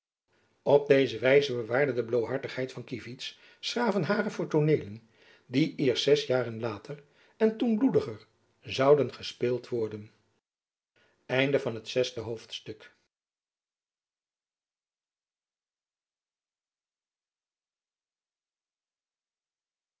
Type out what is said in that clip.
op deze wijze bewaarde de bloôhartigheid van kievit s gravenhage voor tooneelen die eerst zes jaren later en toen bloediger zouden gespeeld worden jacob van